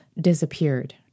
disappeared